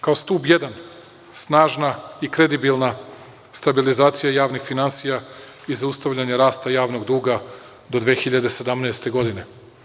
Kao stub jedan, snažna i kredibilna stabilizacija javnih finansija i zaustavljanje rasta javnog duga do 2017. godine.